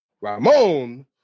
Ramon